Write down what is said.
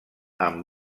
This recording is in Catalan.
amb